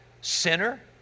sinner